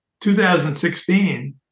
2016